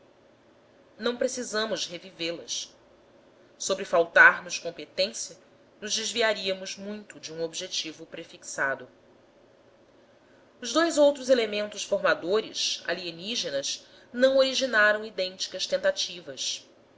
não precisamos revivê las sobre faltar nos competência nos desviaríamos muito de um objetivo prefixado os dous outros elementos formadores alienígenas não originaram idênticas tentativas